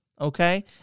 Okay